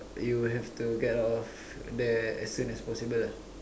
you will have to get out of there as soon as possible ah